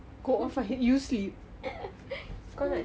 hmm